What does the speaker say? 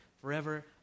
Forever